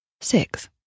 six